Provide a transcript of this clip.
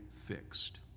fixed